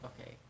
Okay